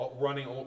Running